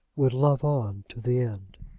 would love on to the end.